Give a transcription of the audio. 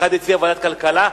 אחד הציע ועדת הכלכלה,